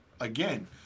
again